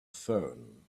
phone